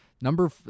Number